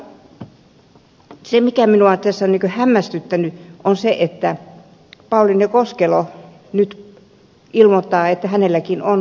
mutta se mikä minua tässä on hämmästyttänyt on se että pauliine koskelo nyt ilmoittaa että hänelläkin on sananvapaus